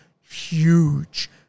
huge